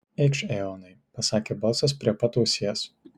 eikš eonai pasakė balsas prie pat ausies